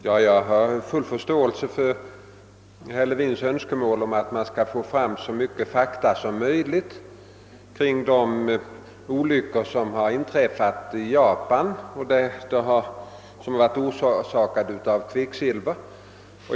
Herr talman! Jag har full förståelse för herr Levins önskmål att vi skall söka få fram så många fakta som möjligt kring de olyckor i Japan som varit orsakade av kvicksilver.